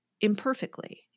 imperfectly